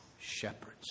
shepherds